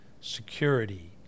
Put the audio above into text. Security